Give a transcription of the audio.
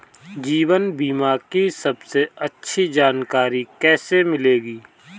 जीवन बीमा की सबसे अच्छी जानकारी कैसे मिलेगी?